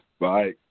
Bye